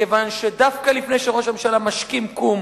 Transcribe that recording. מכיוון שדווקא לפני שראש הממשלה משכים קום,